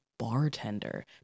Bartender